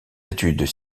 études